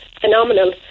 phenomenal